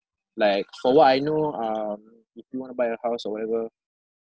like for what I know um if you want to buy a house or whatever